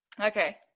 Okay